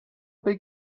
big